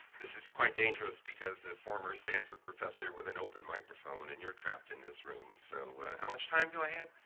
this is quite dangerous because the former stanford professor with an open microphone and you're trapped in this room, so how much time do i have?